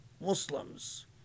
Muslims